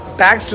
tax